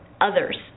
others